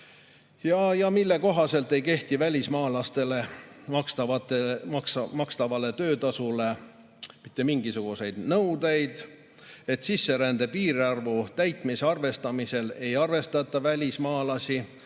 ja mille kohaselt ei kehti välismaalastele makstavale töötasule mitte mingisugused nõuded. [Näiteks] sisserände piirarvu täitmise arvestamisel ei arvestata neid välismaalasi,